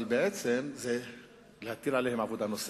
בעצם זה להטיל עליהן עבודה נוספת.